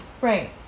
right